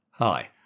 Hi